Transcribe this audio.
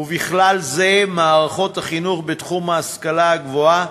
ובכלל זה מערכות חינוך בתחום ההשכלה הגבוהה,